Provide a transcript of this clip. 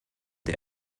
der